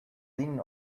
leaning